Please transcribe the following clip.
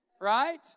right